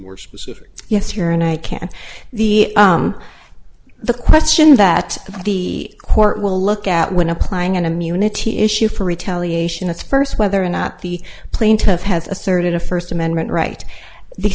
more specific yes here and i can the the question that the court will look at when applying an immunity issue for retaliation is first whether or not the plaintiff has asserted a first amendment right the